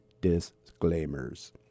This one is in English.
disclaimers